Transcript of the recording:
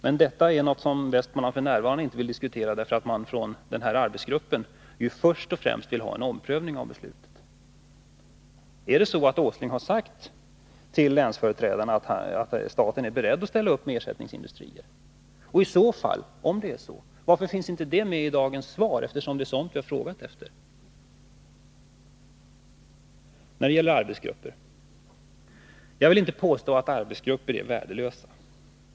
Men det är något som man i Västmanland f.n. inte vill diskutera, därför att denna arbetsgrupp vill först och främst ha en omprövning av beslutet. Är det så att Nils Åsling har sagt till länsföreträdarna att staten är beredd att ställa upp med ersättningsindustrier? Om det är så, varför finns inte den uppgiften med i dagens svar? Det är ju sådant vi har frågat efter. När det gäller arbetsgrupper vill jag inte påstå att de är värdelösa.